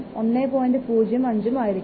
05 ഉം ആയിരിക്കും